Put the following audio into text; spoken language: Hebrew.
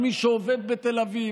על מי שעובד בתל אביב,